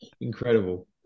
Incredible